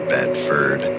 Bedford